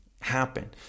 happen